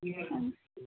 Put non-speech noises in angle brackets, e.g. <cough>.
<unintelligible>